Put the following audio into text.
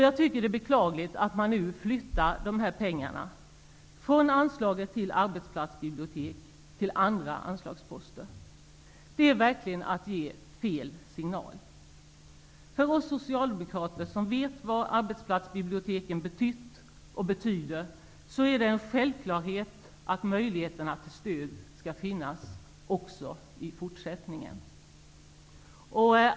Jag tycker att det är beklagligt att man nu flyttar dessa pengar från anslaget till arbetsplatsbibliotek till andra anslagsposter. Det är verkligen att ge fel signal. För oss socialdemokrater, som vet vad arbetsplatsbiblioteken har betytt och betyder, är det en självklarhet att möjligheterna till stöd skall finnas också i fortsättningen.